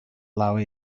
love